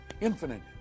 infinite